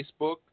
Facebook